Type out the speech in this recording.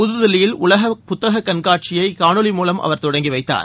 புதுதில்லியில் உலக புத்தக கண்காட்சியை காணொலி மூலம் அவர் தொடங்கி வைத்தார்